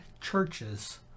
Churches